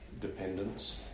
dependence